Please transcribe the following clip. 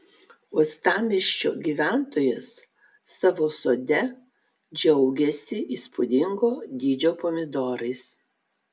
uostamiesčio gyventojas savo sode džiaugiasi įspūdingo dydžio pomidorais